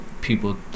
People